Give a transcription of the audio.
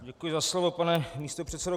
Děkuji za slovo, pane místopředsedo.